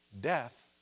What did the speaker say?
death